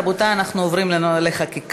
רבותי, אנחנו עוברים לחקיקה.